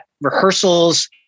rehearsals